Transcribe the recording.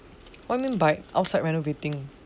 what do you mean by outside renovating